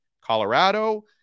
Colorado